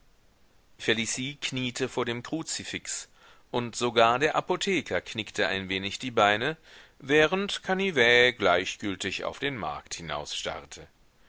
felicie kniete vor dem kruzifix und sogar der apotheker knickte ein wenig die beine während canivet gleichgültig auf den markt